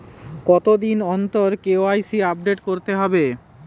কতদিন অন্তর KYC update করতে হবে?